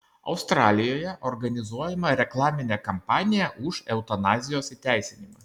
australijoje organizuojama reklaminė kampanija už eutanazijos įteisinimą